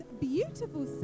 beautiful